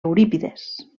eurípides